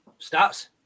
Stats